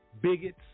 bigots